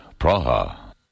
Praha